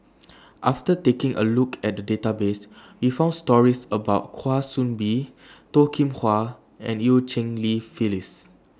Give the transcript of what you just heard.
after taking A Look At The databases We found stories about Kwa Soon Bee Toh Kim Hwa and EU Cheng Li Phyllis